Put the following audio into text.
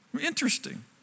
Interesting